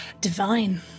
divine